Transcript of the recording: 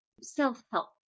self-help